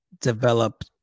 develop